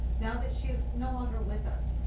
now that she is no longer with us,